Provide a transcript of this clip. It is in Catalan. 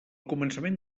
començament